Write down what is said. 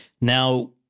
Now